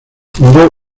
fundó